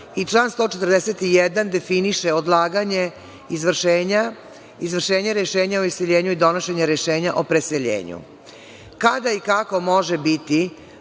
Član 141. definiše odlaganje izvršenja rešenja o iseljenju i donošenja rešenja o preseljenju. Kada i kako može biti